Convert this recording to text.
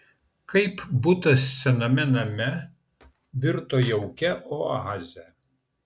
kaip butas sename name virto jaukia oaze